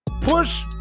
Push